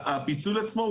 הפיצול עצמו,